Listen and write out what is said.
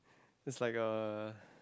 it's like a